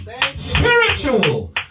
spiritual